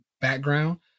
background